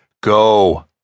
Go